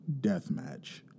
deathmatch